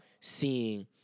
seeing